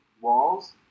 walls